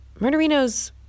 murderinos